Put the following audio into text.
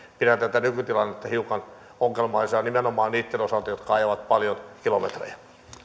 pidän tätä nykytilannetta hiukan ongelmallisena nimenomaan niitten osalta jotka ajavat paljon kilometrejä